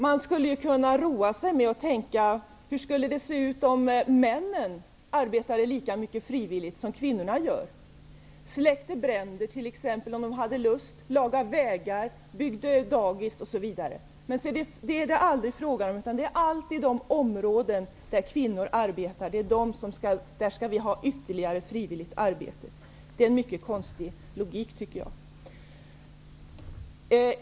Man skulle kunna roa sig med att tänka hur det skulle se ut om männen arbetade lika mycket frivilligt som kvinnorna gör -- släckte bränder om de hade lust, lagade vägar, byggde dagis osv. Men det är det aldrig fråga om, utan det är alltid på de områden där kvinnor arbetar som vi skall ha ytterligare frivilligt arbete. Det är en mycket konstig logik, tycker jag.